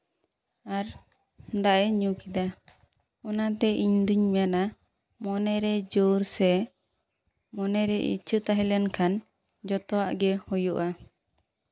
ᱟᱨ ᱫᱟᱜ ᱮᱭ ᱧᱩ ᱠᱮᱫᱟ ᱚᱱᱟᱛᱮ ᱤᱧᱫᱩᱧ ᱢᱮᱱᱟ ᱢᱚᱱᱮ ᱨᱮ ᱡᱳᱨ ᱥᱮ ᱢᱚᱱᱮᱨᱮ ᱤᱪᱪᱷᱟᱹ ᱛᱟᱦᱮᱸ ᱞᱮᱱᱠᱷᱟᱱ ᱡᱚᱛᱚᱣᱟᱜ ᱜᱮ ᱦᱩᱭᱩᱜᱼᱟ